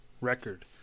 record